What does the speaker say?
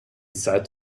sat